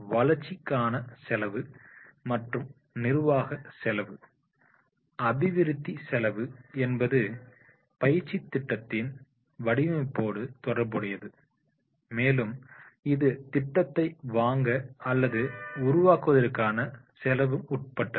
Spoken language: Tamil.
வளர்ச்சிக்கான செலவு மற்றும் நிர்வாக செலவு அபிவிருத்தி செலவு என்பது பயிற்சித் திட்டத்தின் வடிவமைப்போடு தொடர்புடையது மேலும் இது திட்டத்தை வாங்க அல்லது உருவாக்குவதற்கான செல்லவும் உட்பட்டது